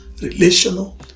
relational